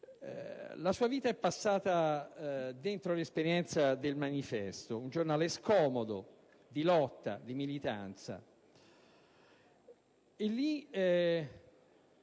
La sua vita è passata dentro l'esperienza de «il manifesto», un giornale scomodo, di lotta, di militanza